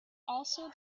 also